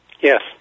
Yes